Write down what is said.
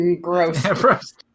Gross